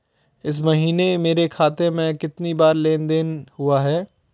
इस महीने मेरे खाते में कितनी बार लेन लेन देन हुआ है?